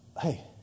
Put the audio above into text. hey